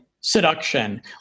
seduction